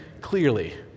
clearly